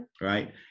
Right